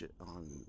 on